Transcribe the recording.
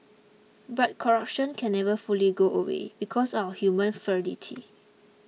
but corruption can never fully go away because of our human frailty